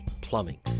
Plumbing